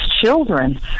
children